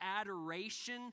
adoration